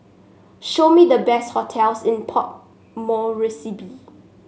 show me the best hotels in Port Moresby